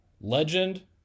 Legend